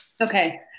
Okay